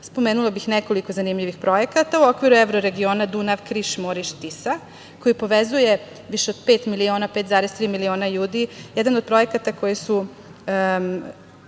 bih nekoliko zanimljivih projekata u okviru evro regiona Dunav-Kriš-Moriš-Tisa koji povezuje više od pet miliona, 5,3 miliona ljudi. Jedan od projekata koji su